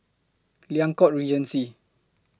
Liang Court Regency